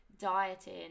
dieting